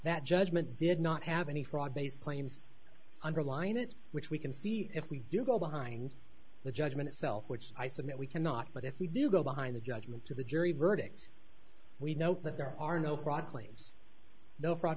that judgment did not have any fraud based claims underline it which we can see if we do go behind the judgment itself which i submit we cannot but if we do go behind the judgment to the jury verdict we note that there are no